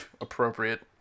appropriate